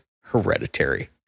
Hereditary